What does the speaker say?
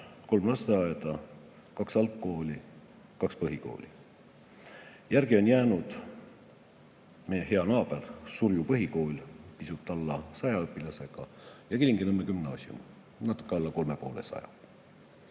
kolm lasteaeda, kaks algkooli, kaks põhikooli. Järgi on jäänud meie hea naaber Surju Põhikool pisut alla 100 õpilasega ja Kilingi-Nõmme Gümnaasium, natuke alla 350.